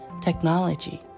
technology